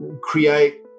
create